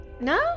No